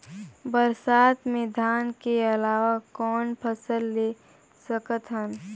बरसात मे धान के अलावा कौन फसल ले सकत हन?